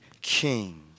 king